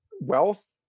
wealth